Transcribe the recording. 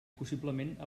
possiblement